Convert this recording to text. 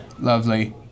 lovely